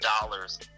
dollars